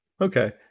okay